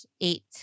eight